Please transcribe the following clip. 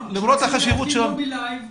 למרות החשיבות --- זה הכול עניין של רצון,